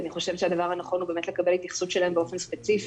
אני חושבת שהדבר הנכון הוא באמת לקבל התייחסות שלהם באופן ספציפי,